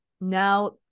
now